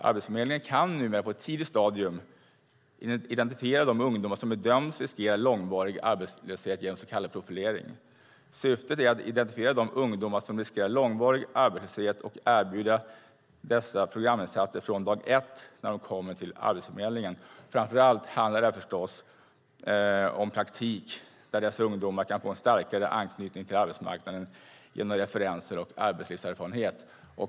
Arbetsförmedlingen kan numera på ett tidigt stadium identifiera de ungdomar som bedöms riskera långvarig arbetslöshet genom så kallad profilering. Syftet är att identifiera de ungdomar som riskerar långvarig arbetslöshet och erbjuda dessa programinsatser från dag ett när de kommer till Arbetsförmedlingen. Det här handlar framför allt om praktik där dessa ungdomar kan få en starkare anknytning till arbetsmarknaden genom referenser och arbetslivserfarenhet.